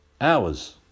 hours